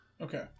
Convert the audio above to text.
Okay